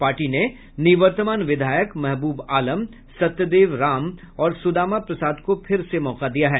party ने निवर्तमान विधायक महबूब आलम सत्यदेव राम और सुदामा प्रसाद को फिर से मौका दिया है